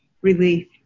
relief